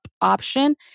option